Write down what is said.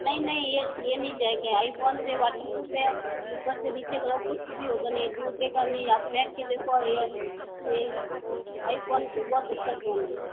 नहीं नहीं ये ये नहीं जाएगा आईफोन पर वाटरप्रूफ है ऊपर से नीचे करो कुछ भी होगा नहीं टूटेगा नहीं आप फेंक के देखो ये ये आईफोन बहुत अच्छा फोन है